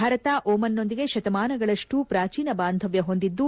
ಭಾರತ ಒಮನ್ನೊಂದಿಗೆ ಶತಮಾನಗಳಷ್ಟು ಪ್ರಾಚೀನ ಬಾಂಧವ್ಯ ಹೊಂದಿದ್ದು